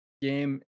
game